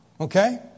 Okay